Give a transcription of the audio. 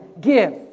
give